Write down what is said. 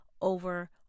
over